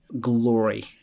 glory